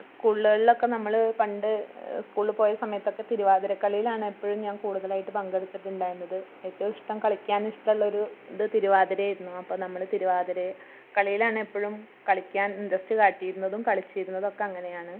സ്കൂളുകളിലൊക്കെ നമ്മൾ പണ്ട് സ്കൂളിൾ പോയ സമയത്തൊക്കെ തിരുവാതിരക്കളിയിലാണ് എപ്പോഴും ഞാൻ കൂടതലായിട്ട് പങ്കെടുത്തിട്ടുണ്ടായിരുന്നത് ഏറ്റവും ഇഷ്ടം കളിക്കാനിഷ്ടമുള്ളൊരു ഇത് തിരുവാതിരയായിരുന്നു അപ്പം നമ്മൾ തിരുവാതിരയെ കളിയിലാണ് എപ്പോഴും കളിക്കാൻ ഇന്ററെസ്റ്റ് കാട്ടിയിരുന്നതും കളിച്ചിരുന്നതൊക്കെ അങ്ങനെയാണ്